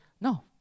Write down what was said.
no